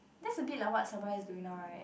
that's a bit like what's sabra is doing now right